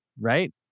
right